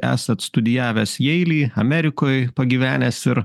esat studijavęs jeily amerikoj pagyvenęs ir